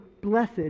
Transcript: blessed